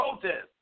protest